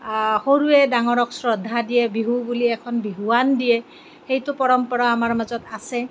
সৰুৱে ডাঙৰক শ্ৰদ্ধা দিয়ে বিহু বুলি এখন বিহুৱান দিয়ে সেইটো পৰম্পৰা আমাৰ মাজত আছে